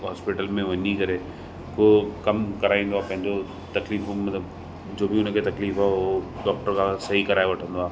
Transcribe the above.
hospital में वञी करे को कमु कराईंदो आहे पंहिंजो तकलीफ़ूं जो बि हुनखे तकलीफ़ आहे उहो डॉक्टर खां सही कराए वठंदो आहे